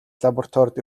лабораторид